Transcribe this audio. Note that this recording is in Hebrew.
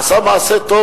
עשה מעשה טוב,